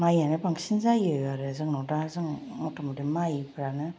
माइआनो बांसिन जायो आरो जोंनाव दा बजों मथामथि माइफ्रानो